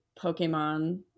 Pokemon